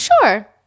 sure